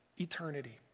Eternity